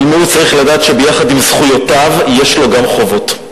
אבל מיעוט צריך לדעת שביחד עם זכויותיו יש לו גם חובות,